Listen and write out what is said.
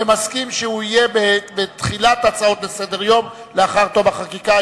ומסכים שהוא יהיה בתחילת ההצעות לסדר-היום לאחר תום החקיקה.